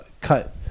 cut